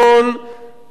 את זה עושים,